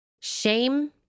Shame